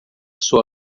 sua